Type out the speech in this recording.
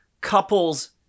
couples